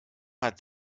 hat